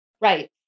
Right